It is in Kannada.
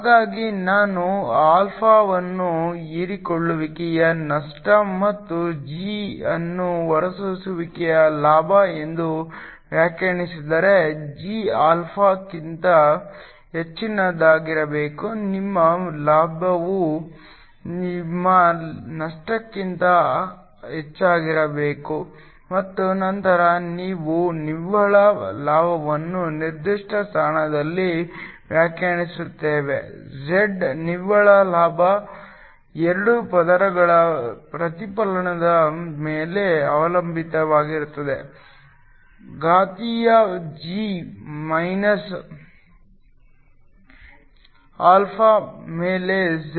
ಹಾಗಾಗಿ ನಾನು ಆಲ್ಫಾವನ್ನು ಹೀರಿಕೊಳ್ಳುವಿಕೆಯ ನಷ್ಟ ಮತ್ತು g ಅನ್ನು ಹೊರಸೂಸುವಿಕೆಯ ಲಾಭ ಎಂದು ವ್ಯಾಖ್ಯಾನಿಸಿದರೆ g ಆಲ್ಫಾಕ್ಕಿಂತ ಹೆಚ್ಚಿನದಾಗಿರಬೇಕು ನಿಮ್ಮ ಲಾಭವು ನಿಮ್ಮ ನಷ್ಟಕ್ಕಿಂತ ಹೆಚ್ಚಾಗಿರಬೇಕು ಮತ್ತು ನಂತರ ನಾವು ನಿವ್ವಳ ಲಾಭವನ್ನು ನಿರ್ದಿಷ್ಟ ಸ್ಥಾನದಲ್ಲಿ ವ್ಯಾಖ್ಯಾನಿಸುತ್ತೇವೆ z ನಿವ್ವಳ ಲಾಭ 2 ಪದರಗಳ ಪ್ರತಿಫಲನದ ಮೇಲೆ ಅವಲಂಬಿತವಾಗಿರುತ್ತದೆ ಘಾತೀಯ ಜಿ ಮೈನಸ್ ಆಲ್ಫಾ ಮೇಲೆ z